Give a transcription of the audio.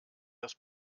das